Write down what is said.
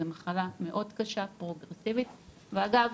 זו מחלה מאוד קשה ופרוגרסיבית ואגב,